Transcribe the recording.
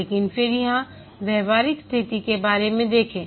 लेकिन फिर यहां व्यावहारिक स्थिति के बारे में देखें